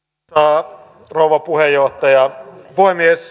arvoisa rouva puhemies